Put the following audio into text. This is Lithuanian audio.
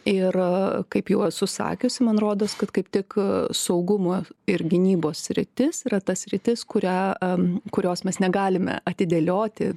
ir kaip jau esu sakiusi man rodos kad kaip tik saugumo ir gynybos sritis yra ta sritis kurią am kurios mes negalime atidėlioti